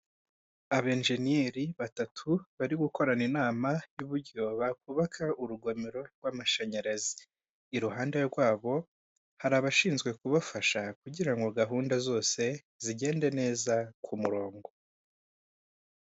Abenjeniyeri batatu bari gukorana inama y'uburyo bakubaka urugomero rw'amashanyarazi, iruhande rwabo hari abashinzwe kubafasha kugira ngo gahunda zose zigende neza ku murongo.